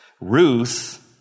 Ruth